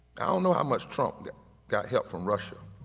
i don't know how much trump got help from russia,